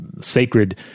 sacred